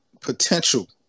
potential